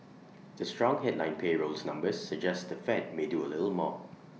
the strong headline payrolls numbers suggest the fed may do A little more